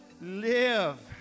Live